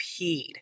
peed